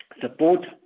support